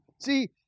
See